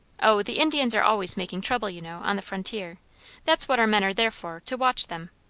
o, the indians are always making trouble, you know, on the frontier that's what our men are there for, to watch them.